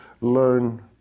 learn